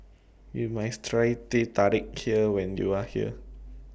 YOU must Try Teh Tarik when YOU Are here